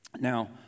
Now